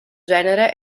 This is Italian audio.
genere